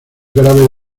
grave